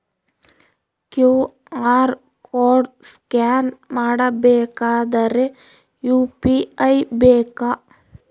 QR code scan ಮಾಡಬೇಕಾದರೆ UPI ಬೇಕಾ?